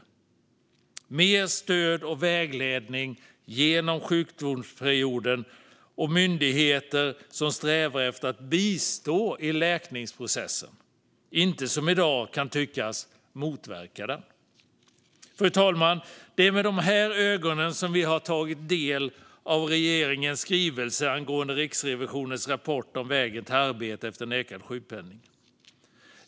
Det behövs mer stöd och vägledning genom sjukdomsperioden och myndigheter som strävar efter att bistå i läkningsprocessen, inte motverka den, som det i dag kan tyckas att man gör. Fru talman! Det är med detta för ögonen som vi tagit del av regeringens skrivelse angående Riksrevisionens rapport om vägen till arbete efter nekad sjukpenning.